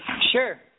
Sure